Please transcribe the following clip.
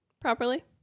properly